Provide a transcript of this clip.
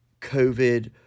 COVID